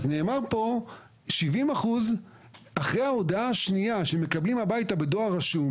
נאמר פה - אחרי ההודעה השנייה שמקבלים הביתה בדואר רשום,